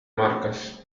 marcas